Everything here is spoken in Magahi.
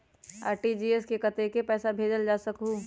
आर.टी.जी.एस से कतेक पैसा भेजल जा सकहु???